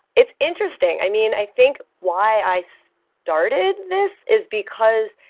it's interesting. i mean, i think why i so started this is because